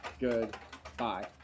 goodbye